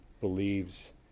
believes